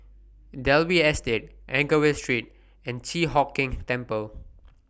Dalvey Estate Anchorvale Street and Chi Hock Keng Temple